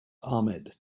ahmed